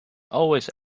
always